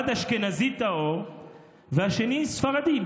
אחד אשכנזי טהור והשני ספרדי,